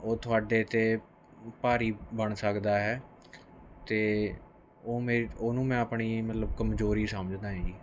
ਉਹ ਤੁਹਾਡੇ 'ਤੇ ਭਾਰੀ ਬਣ ਸਕਦਾ ਹੈ ਅਤੇ ਉਹ ਮੇਰੀ ਉਹਨੂੰ ਮੈਂ ਅਪਣੀ ਮਤਲਬ ਕਮਜ਼ੋਰੀ ਸਮਝਦਾ ਜੀ